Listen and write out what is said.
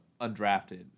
undrafted